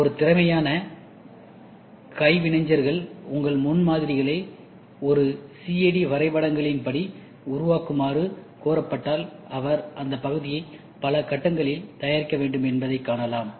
ஒரு திறமையான கைவினைஞருக்கு உங்கள் முன்மாதிரிகளை ஒரு சிஏடி வரைபடங்களின்படி உருவாக்குமாறு கோரப்பட்டால் அவர் அந்த பகுதியை பல கட்டங்களில் தயாரிக்க வேண்டும் என்பதைக் காணலாம்